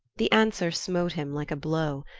the answer smote him like a blow,